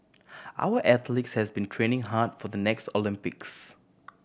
our athletes has been training hard for the next Olympics